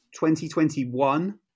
2021